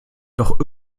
doch